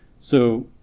so